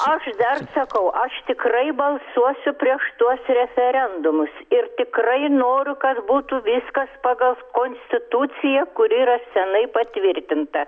aš dar sakau aš tikrai balsuosiu prieš tuos referendumus ir tikrai noriu kad būtų viskas pagal konstituciją kuri yra senai patvirtinta